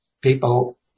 people